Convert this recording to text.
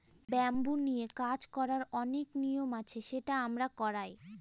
bamboo নিয়ে কাজ করার অনেক নিয়ম আছে সেটা আমরা করায়